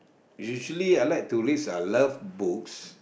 usually I like to read some love books